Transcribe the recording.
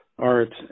art